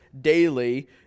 daily